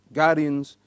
guardians